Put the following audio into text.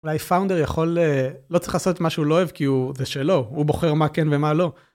אולי פאונדר יכול לא צריך לעשות משהו לא אוהב כי הוא זה שלא הוא בוחר מה כן ומה לא.